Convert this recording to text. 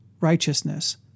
righteousness